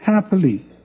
happily